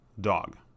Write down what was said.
dog